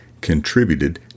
contributed